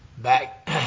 back